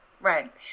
Right